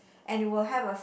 and will have a